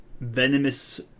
venomous